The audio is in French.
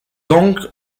donc